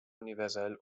universell